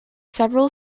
several